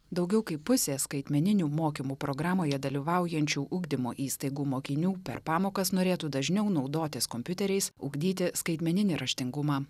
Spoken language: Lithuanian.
daugiau kaip pusė skaitmeninių mokymų programoje dalyvaujančių ugdymo įstaigų mokinių per pamokas norėtų dažniau naudotis kompiuteriais ugdyti skaitmeninį raštingumą